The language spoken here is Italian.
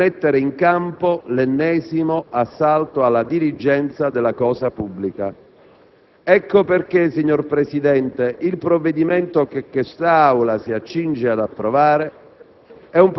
nel mettere in campo l'ennesimo assalto alla diligenza della cosa pubblica. Ecco perché, signor Presidente, il provvedimento che quest'Aula si accinge ad approvare